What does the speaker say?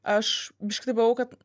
aš biškį buvau kad